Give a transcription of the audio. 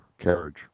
carriage